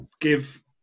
give